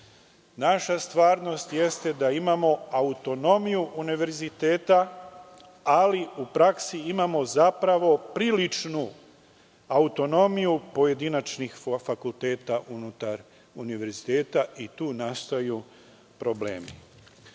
Naša stvarnost jeste da imamo autonomiju univerziteta ali u praksi imamo zapravo priličnu autonomiju pojedinačnih fakulteta unutar univerziteta i tu nastaju problemi. Suština